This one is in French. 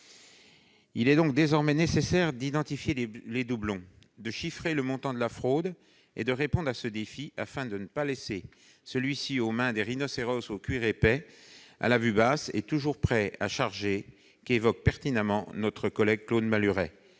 Il est donc désormais nécessaire d'identifier les doublons, de chiffrer le montant de la fraude et de répondre à ce défi, afin de ne pas le laisser aux mains des rhinocéros au cuir épais, à la vue basse et toujours prêts à charger, pour reprendre la juste image de Claude Malhuret.